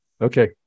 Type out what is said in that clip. Okay